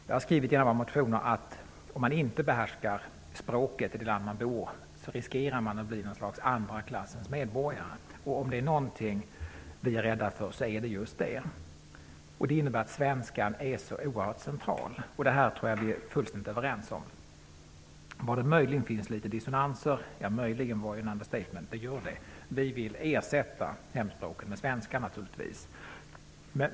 Jag har i våra motioner skrivit att man, om man inte behärskar språket i det land man bor, riskerar att bli något slags andra klassens medborgare. Om det är någonting som vi är rädda för, så är det just detta. Det innebär att svenskan är så oerhört central. Detta tror jag att vi är fullständigt överens om. Vari det möjligen finns litet dissonanser, vilket möjligen kan vara ett understatement, är att vi naturligtvis vill ersätta hemspråksundervisningen med svenska.